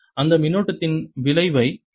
அந்த மின்னோட்டத்தின் விளைவை நான் காண வேண்டும்